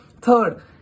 Third